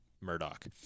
Murdoch